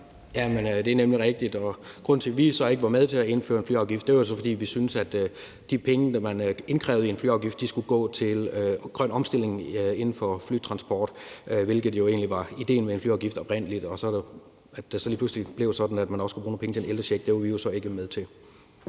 Det er nemlig rigtigt, og grunden til, at vi så ikke var med til at indføre en flyafgift, var, at vi syntes, at de penge, man indkrævede i en flyafgift, skulle gå til grøn omstilling inden for flytransport, hvilket jo egentlig oprindelig var idéen med en flyafgift. Så blev det lige pludselig sådan, at man også skulle bruge nogle penge til en ældrecheck; det var vi jo så ikke med til.